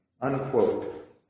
Unquote